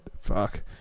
fuck